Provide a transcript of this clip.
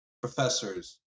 professors